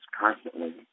constantly